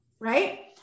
right